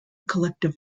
collective